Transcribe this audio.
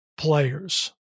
players